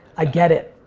i get it.